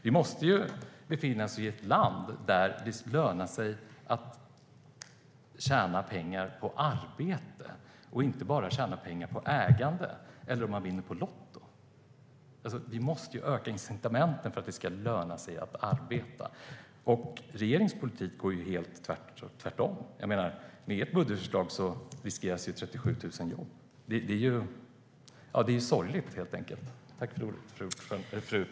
Vi måste ju leva i ett land där det lönar sig att tjäna pengar på arbete och inte bara tjäna pengar på ägande eller om man vinner på Lotto. Vi måste öka incitamenten för att det ska löna sig att arbeta. Regeringens politik går ju i helt motsatt riktning. Med ert budgetförslag riskeras 37 000 jobb. Det är helt enkelt sorgligt.